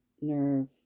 nerve